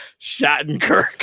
Shattenkirk